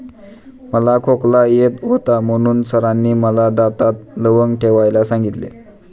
मला खोकला येत होता म्हणून सरांनी मला दातात लवंग ठेवायला सांगितले